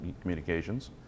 communications